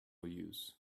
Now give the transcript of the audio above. use